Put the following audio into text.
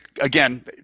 again